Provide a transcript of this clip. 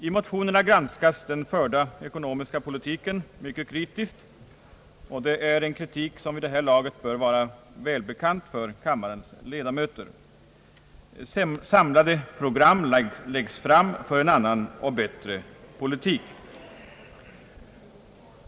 I motionerna granskas den förda ekonomiska politiken mycket kritiskt — den kritiken bör väl vid det här laget vara välbekant för kammarens ledamöter. Samlade program läggs fram för en annan och bättre politik.